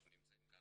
אנחנו נמצאים כאן,